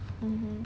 mmhmm